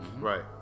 Right